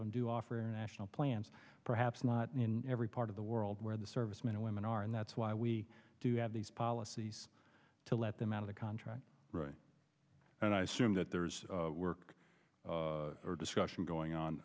them do offer a national plans perhaps not in every part of the world where the servicemen and women are and that's why we do have these policies to let them out of the contract and i assume that there's work or discussion going on